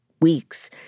weeks